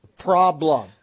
Problem